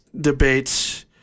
debates